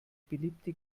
beliebte